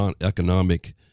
economic